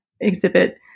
exhibit